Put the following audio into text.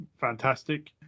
Fantastic